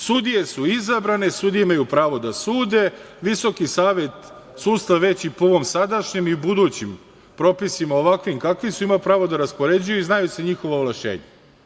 Sudije su izabrane, sudije imaju pravo da sude, Visoki savet sudstva, već i po ovom sadašnjem i po budućim propisima ovakvim kakvi su, ima pravo da raspoređuje i znaju se njihova ovlašćenja.